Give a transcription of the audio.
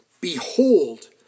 Behold